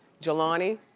jelani,